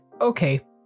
okay